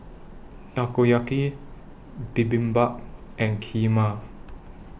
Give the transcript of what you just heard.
Takoyaki Bibimbap and Kheema